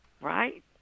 Right